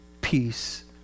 peace